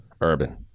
Urban